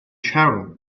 cheryl